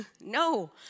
No